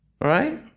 right